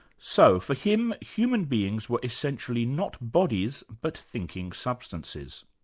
so for him, human beings were essentially not bodies but thinking substances.